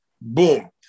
boom